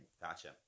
Gotcha